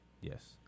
Yes